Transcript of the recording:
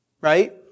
Right